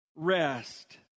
rest